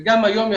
וגם היום,